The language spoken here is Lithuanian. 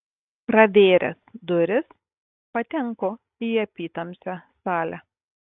pravėręs duris patenku į apytamsę salę